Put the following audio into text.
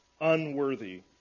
unworthy